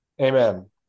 Amen